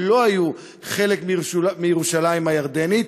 שלא היו חלק מירושלים הירדנית,